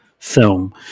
film